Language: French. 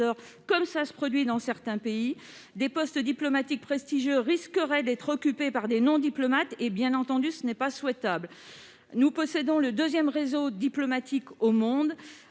comme cela se produit dans certains pays. Des postes diplomatiques prestigieux risqueraient d'être occupés par des non-diplomates, ce qui, bien entendu, n'est pas souhaitable. Nous possédons le deuxième réseau diplomatique au monde,